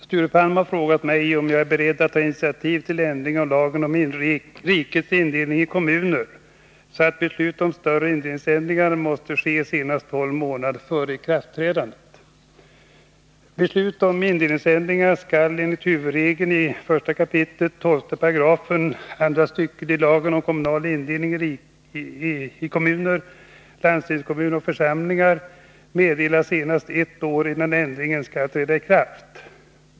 Sture Palm har frågat mig om jag är beredd att ta initiativ till ändring av lagen om rikets indelning i kommuner, så att beslut om större indelningsändringar måste fattas senast tolv månader före ikraftträdandet.